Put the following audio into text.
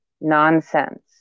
nonsense